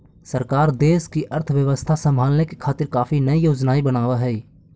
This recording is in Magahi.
सरकार देश की अर्थव्यवस्था संभालने के खातिर काफी नयी योजनाएं बनाव हई